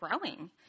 growing